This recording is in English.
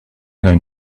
going